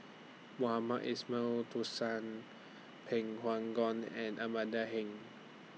Mohamed Ismail Pway Ngon and Amanda Heng